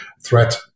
threat